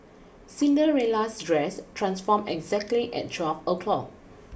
Cinderella's dress transformed exactly at twelve o'clock